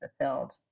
fulfilled